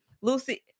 Lucy